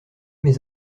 mes